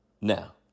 Now